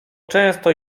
często